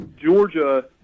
Georgia